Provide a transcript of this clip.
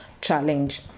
challenge